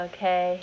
Okay